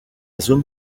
zone